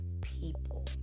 people